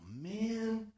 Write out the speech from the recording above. man